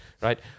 right